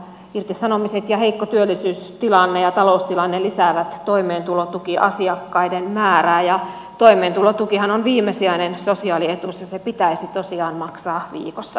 irtisanomiset ja heikko työllisyystilanne ja taloustilanne lisäävät toimeentulotukiasiakkaiden määrää ja toimeentulotukihan on viimesijainen sosiaalietuus ja se pitäisi tosiaan maksaa viikossa